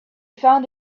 found